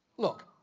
look,